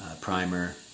Primer